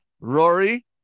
Rory